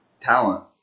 talent